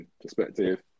perspective